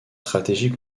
stratégies